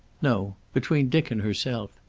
no. between dick and herself.